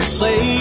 say